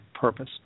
purpose